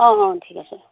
অঁ অঁ ঠিক আছে